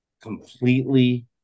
completely